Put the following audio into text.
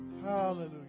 Hallelujah